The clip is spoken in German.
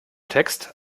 text